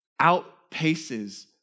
outpaces